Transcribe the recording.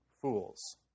fools